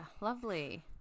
Lovely